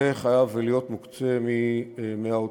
זה חייב להיות מוקצה מהאוצר.